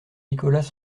nicolas